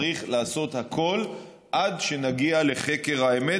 צריך לעשות הכול עד שנגיע לחקר האמת,